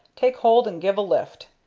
take hold and give a lift.